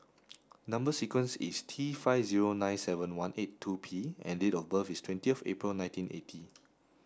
number sequence is T five zero nine seven one eight two P and date of birth is twenty of April nineteen eighty